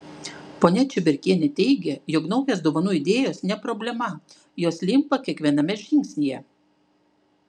ponia čiuberkienė teigia jog naujos dovanų idėjos ne problema jos limpa kiekviename žingsnyje